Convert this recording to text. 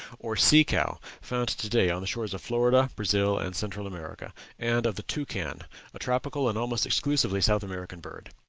or sea-cow found to-day on the shores of florida, brazil, and central america and of the toucan, a tropical and almost exclusively south american bird.